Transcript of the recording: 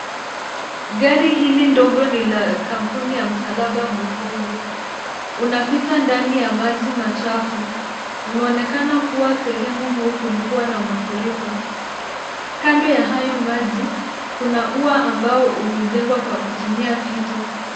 Gari hili ndogo ni la kampuni ya msalaba mwekundu. Unapita ndani ya maji machafu. Unaonekana kuwa sehemu huu kulikuwa na mafuriko. Kando ya hayo maji kuna ua ambao umejengwa kwa kutumia fito.